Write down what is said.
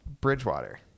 Bridgewater